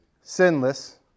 sinless